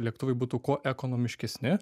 lėktuvai būtų kuo ekonomiškesni